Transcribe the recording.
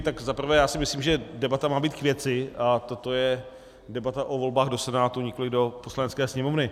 Tak za prvé si myslím, že debata má být k věci, a toto je debata o volbách do Senátu, nikoli do Poslanecké sněmovny.